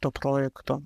to projekto